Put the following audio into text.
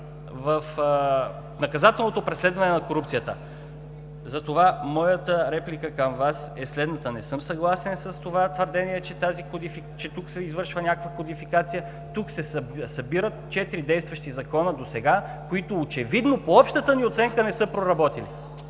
в наказателното преследване на корупцията. Затова моята реплика към Вас е следната: не съм съгласен с това твърдение, че тук се извършва някаква кодификация. Тук се събират четири действащи закона досега, които, очевидно, по общата ни оценка, не са проработили.